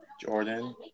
Jordan